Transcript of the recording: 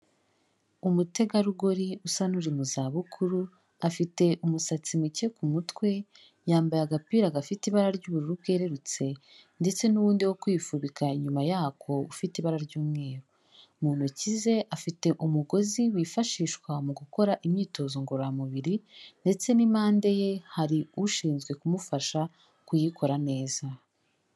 Umutegarugori usa n'uri mu zabukuru, afite umusatsi muke ku mutwe, yambaye agapira gafite ibara ry'ubururu bwererutse ndetse n'uwundi wo kwifubika inyuma yako ufite ibara ry'umweru. Mu ntoki ze afite umugozi wifashishwa mu gukora imyitozo ngororamubiri ndetse n'impande ye hari ushinzwe kumufasha kuyikora neza.